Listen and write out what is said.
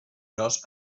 gros